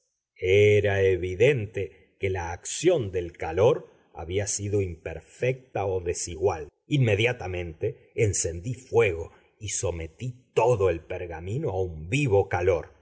era evidente que la acción del calor había sido imperfecta o desigual inmediatamente encendí fuego y sometí todo el pergamino a un vivo calor